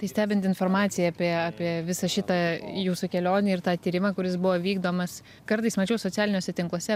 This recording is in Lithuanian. tai stebint informaciją apie apie visą šitą jūsų kelionę ir tą tyrimą kuris buvo vykdomas kartais mačiau socialiniuose tinkluose